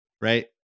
right